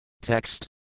Text